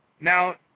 Now